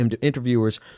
interviewers